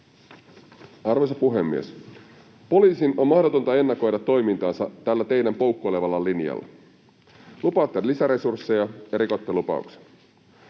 Arvoisa puhemies! Poliisin on mahdotonta ennakoida toimintaansa tällä teidän poukkoilevalla linjallanne. Lupaatte lisäresursseja ja rikotte lupauksen.